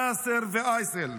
אסר ואייסל,